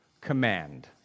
command